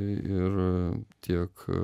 ir tiek